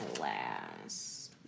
last